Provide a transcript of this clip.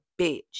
bitch